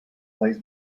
plays